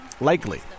likely